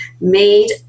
made